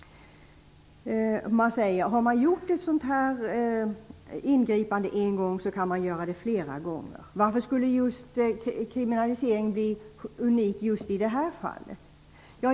Det sägs att har man gjort ett sådant här ingripande en gång så kan man göra det flera gånger. Varför skulle en kriminalisering bli unik i just det här fallet?